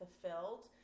fulfilled